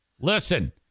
listen